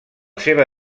seva